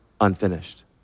unfinished